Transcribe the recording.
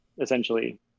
essentially